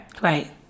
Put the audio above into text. Right